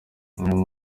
imwe